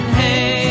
hey